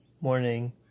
morning